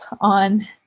on